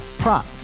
prop